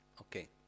Okay